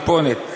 כיפונת.